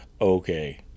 okay